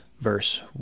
verse